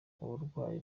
uburwayi